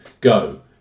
go